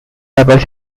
double